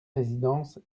résidence